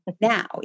now